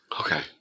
Okay